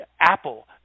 Apple